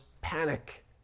panic